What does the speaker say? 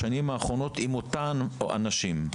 בשנים האחרונות ועם אותם אנשים.